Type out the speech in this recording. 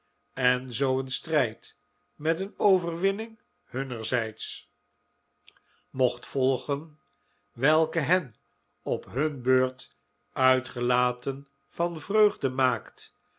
en zoo een strijd met een overwinning hunnerzijds mocht volgen welke hen op hun beurt uitgelaten van vreugde maakt